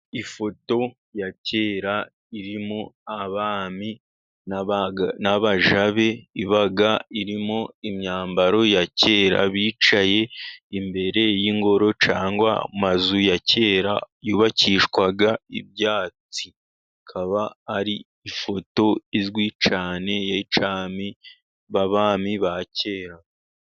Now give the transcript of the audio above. Ifoto ya kera irimo abami n'abaja be iba irimo imyambaro ya kera, bicaye imbere y'ingoro cyangwa amazu ya kera yubakishwaga ibyatsi, ikaba ari ifoto izwi cyane ya cyami y'abami ba kera.